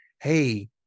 hey